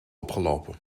opgelopen